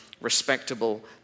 respectable